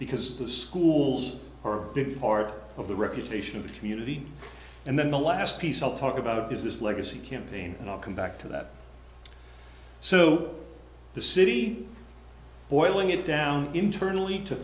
because the schools are a big part of the reputation of the community and then the last piece i'll talk about is this legacy campaign and i'll come back to that so the city boiling it down internally to